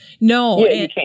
No